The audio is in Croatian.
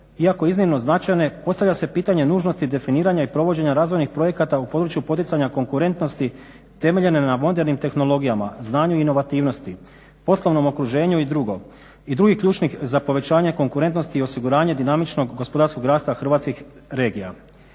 iako iznimno značajne, postavlja se pitanje nužnosti definiranja i provođenja razvojnih projekata u području poticanja konkurentnosti temeljene na modernim tehnologijama, znanju i inovativnosti, poslovnom okruženju i drugo, i drugih ključnih za povećanje konkurentnosti i osiguranje dinamičnog gospodarskog rasta Hrvatskih regija.